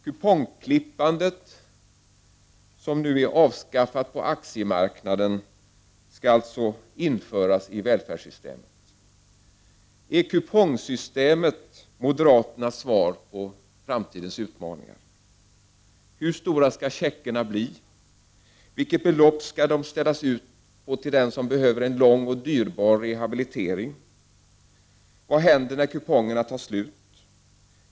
Kupongklippandet, som nu avskaffats på aktiemarknaden, skall alltså införas i välfärdssystemet. Är kupongsystemet moderaternas svar på framtidens utmaningar? Hur stora skall checkarna bli? Vilket belopp skall ställas ut till den som behöver en lång och dyrbar rehabilitering! Vad händer när kupongerna tar slut?